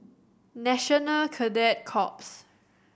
National Cadet Corps